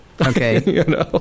Okay